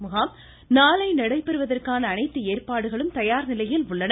முகாம் நாளை நடைபெறுவதற்கான அனைத்து ஏற்பாடுகளும் தயார் நிலையில் உள்ளன